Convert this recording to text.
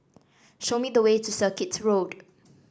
show me the way to Circuit Road